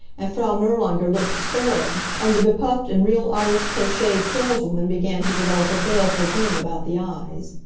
and frau nirlanger looked despairing, and the be-puffed and real irish-crocheted saleswoman began to develop a baleful gleam about the eyes.